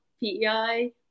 PEI